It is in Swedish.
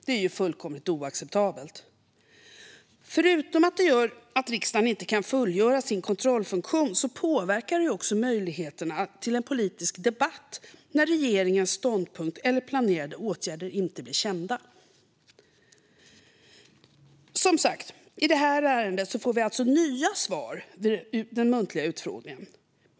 Det är fullkomligt oacceptabelt. Förutom att riksdagen inte kan fullgöra sin kontrollfunktion påverkar det möjligheten till politisk debatt när regeringens ståndpunkt eller planerade åtgärder inte blir kända. I det här ärendet får vi alltså också nya svar vid den muntliga utfrågningen.